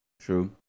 True